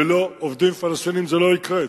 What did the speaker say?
ללא עובדים פלסטינים זה לא יקרה.